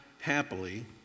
happily